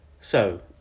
So